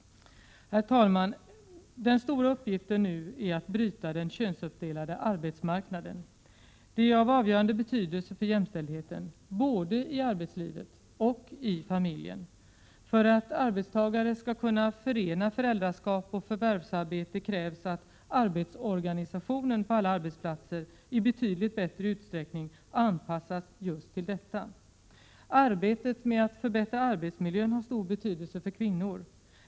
Herr talman! Den stora uppgiften nu är att bryta den könsuppdelade arbetsmarknaden. Det är av avgörande betydelse för jämställdhet både i arbetslivet och i familjen. För att arbetstagare skall kunna förena föräldraskap och förvärvsarbete krävs att arbetsorganisationen på alla arbetsplatser i betydligt bättre utsträckning anpassas just till detta. Arbetet med att förbättra arbetsmiljön har stor betydelse för kvinnor.